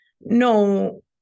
no